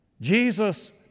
Jesus